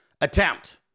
attempt